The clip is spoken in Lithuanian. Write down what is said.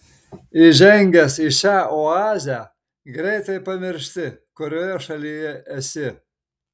įžengęs į šią oazę greitai pamiršti kurioje šalyje esi